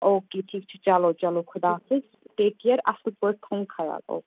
okay ٹھیٖک چھُ چلو چلو خُدا حافِظ ٹیک کِیر اصٕل پٲٹھۍ تھَوُن خیال اوکے